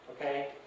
Okay